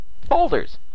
folders